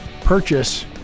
purchase